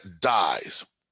dies